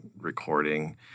recording